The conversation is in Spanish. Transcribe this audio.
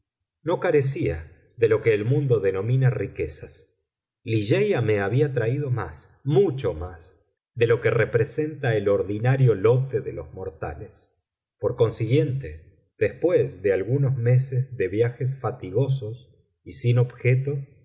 no carecía de lo que el mundo denomina riquezas ligeia me había traído más mucho más de lo que representa el ordinario lote de los mortales por consiguiente después de algunos meses de viajes fatigosos y sin objeto